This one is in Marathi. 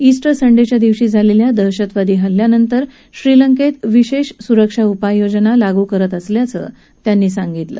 िस्टर संडेच्या दिवशी झालेल्या दहशतवादी हल्ल्यानंतर श्रीलंकेत विशेष सुरक्षा उपाययोजना लागू करत असल्याचं ते म्हणाले